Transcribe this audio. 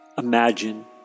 Imagine